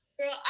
Girl